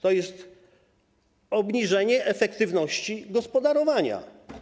To jest obniżenie efektywności gospodarowania.